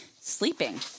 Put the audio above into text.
Sleeping